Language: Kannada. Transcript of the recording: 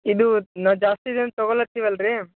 ಇದು ನಾವು ಜಾಸ್ತಿ ಜನ ತಗೋಳತೀವ್ ಅಲ್ಲ ರೀ